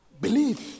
Believe